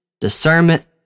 discernment